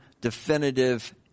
definitive